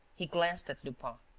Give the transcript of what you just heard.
he glanced at lupin.